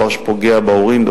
זה דבר שפוגע בהורים,